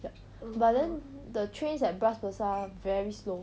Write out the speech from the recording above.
yup but then the trains at bras basah very slow